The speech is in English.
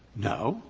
no,